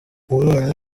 umwana